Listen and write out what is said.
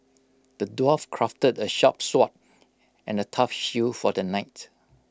the dwarf crafted A sharp sword and A tough shield for the knight